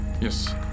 Yes